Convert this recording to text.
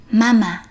mama